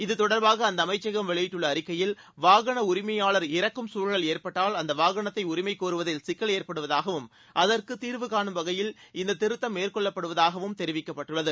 இது தொடர்பாக அந்த அமைச்சகம் வெளியிட்டுள்ள அறிக்கையில் வாகன உரிமையாளர் இறக்கும் சூழல் ஏற்பட்டால் அந்த வாகனத்தை உரிமமை கோருவதில் சிக்கல் ஏற்படுவதாகவும் அகற்கு தீர்வுகானும் வகையில் இந்த திருத்தம் மேற்கொள்ளப்படுவதாகவும் தெரிவிக்கப்பட்டுள்ளது